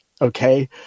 okay